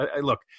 look